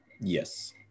Yes